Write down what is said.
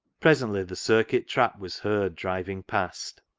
presently the circuit trap was heard driving past.